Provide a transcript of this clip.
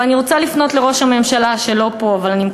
אבל אני רוצה לפנות לראש הממשלה, שלא נמצא